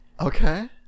okay